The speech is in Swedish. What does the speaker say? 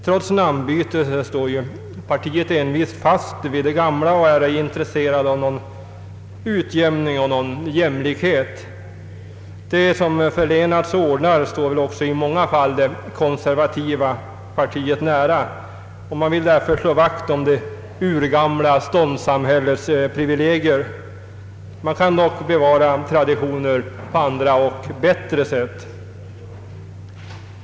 Trots namnbytet står partiet envist fast vid det gamla och är ej intresserat av någon utjämning och jämlikhet. De som förlänas ordnar står också i många fall det konservativa partiet nära, och man vill därför slå vakt om det urgamla ståndssamhällets privilegier. Man kan dock bevara traditionen på andra och bättre sätt.